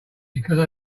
because